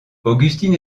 augustine